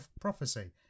prophecy